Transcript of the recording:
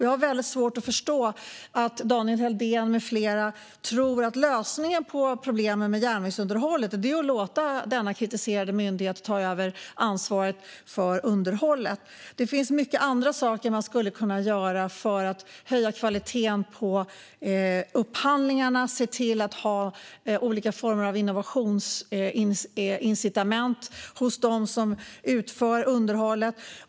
Jag har väldigt svårt att förstå att Daniel Helldén med flera tror att lösningen på problemen med järnvägsunderhållet är att låta denna kritiserade myndighet ta över ansvaret för underhållet. Det finns många andra saker man skulle kunna göra för att höja kvaliteten på upphandlingarna, såsom att ha olika former av innovationsincitament hos dem som utför underhållet.